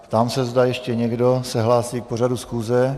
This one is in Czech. Ptám se, zda se ještě někdo hlásí k pořadu schůze.